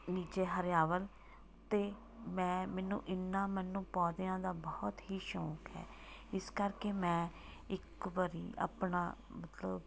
ਨੀਚੇ ਹਰਿਆਵਲ ਅਤੇ ਮੈਂ ਮੈਨੂੰ ਇੰਨਾ ਮੈਨੂੰ ਪੌਦਿਆਂ ਦਾ ਬਹੁਤ ਹੀ ਸ਼ੌਂਕ ਹੈ ਇਸ ਕਰਕੇ ਮੈਂ ਇੱਕ ਵਾਰ ਆਪਣਾ ਮਤਲਬ